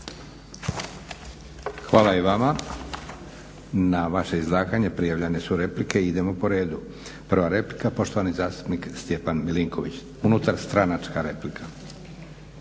Hvala i vama. Na vaše izlaganje prijavljene su replike, idemo po redu. Prva replika poštovani zastupnik Stjepan Milinković, unutar stranačka replika.